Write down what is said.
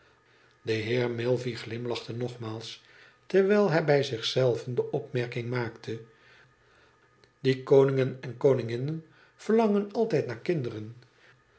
de heer milvey gumlachte nogmaals terwijl hij bij zich zelven de opmerking maakte die koningen en koninginnen verlangen altijd naar kinderen